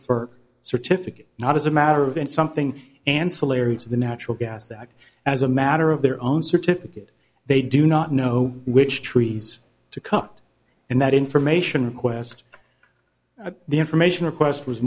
fur certificate not as a matter of and something ancillary to the natural gas that as a matter of their own certificate they do not know which trees to cut and that information quest the information request was